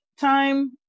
time